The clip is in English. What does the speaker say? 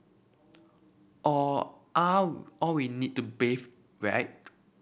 all are all we need to bathe right